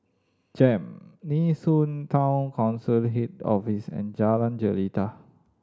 JEM Nee Soon Town Council Head Office and Jalan Jelita